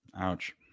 Ouch